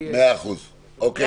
אמרתי: אוקי,